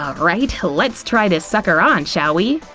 alright, let's try this sucker on, shall we?